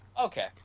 Okay